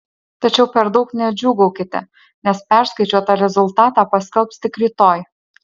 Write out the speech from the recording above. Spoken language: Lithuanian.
tačiau per daug nedžiūgaukite nes perskaičiuotą rezultatą paskelbs tik rytoj